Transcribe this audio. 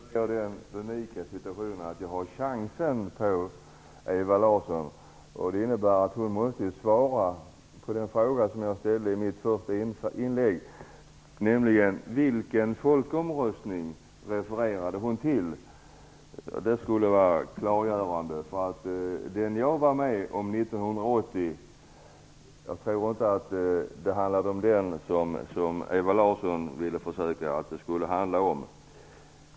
Herr talman! Nu är jag i den unika situationen att jag har en chans att ställa en fråga till Ewa Larsson. Detta innebär att hon måste svara på den fråga som jag ställde i mitt inledningsanförande: Vilken folkomröstning refererade Ewa Larsson till? Det skulle vara klargörande att få svar på den frågan. Jag tror inte att det handlade om den folkomröstning som jag var med om 1980.